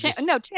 No